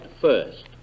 first